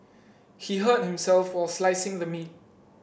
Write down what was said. he hurt himself while slicing the meat